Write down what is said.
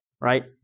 right